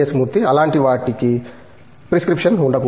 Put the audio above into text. మూర్తి అలాంటి వాటికి ప్రిస్క్రిప్షన్ ఉండకూడదు